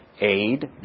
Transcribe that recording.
aid